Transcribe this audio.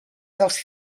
dels